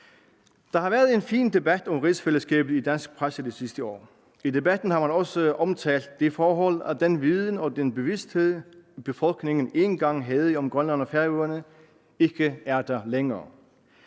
Der har været en fin debat om rigsfællesskabet i dansk presse det sidste år. I debatten har man også omtalt det forhold, at den viden og den bevidsthed, befolkningen engang havde om Grønland og Færøerne, ikke er der længere.